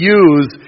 use